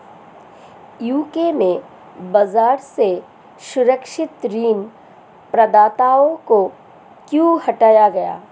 UK में बाजार से सुरक्षित ऋण प्रदाताओं को क्यों हटाया गया?